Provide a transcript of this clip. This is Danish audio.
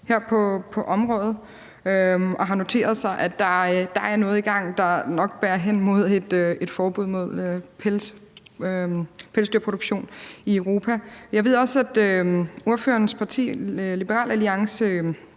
her på området, og har noteret sig, at der er noget i gang, der nok bærer hen imod et forbud mod pelsdyrproduktion i Europa. Jeg ved også, at ordførerens parti, Liberal Alliance,